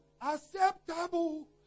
acceptable